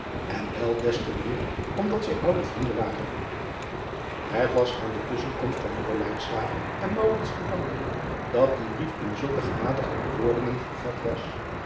en wel des te meer omdat zij oude vrienden waren et was aan de tusschen driaan oosjes zn et leven van aurits ijnslager komst van moeder en te danken dat die brief in zulke gematigde bewoordingen vervat was